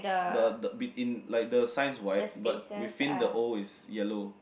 the the in like the signs white but within the old is yellow